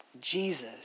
Jesus